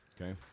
Okay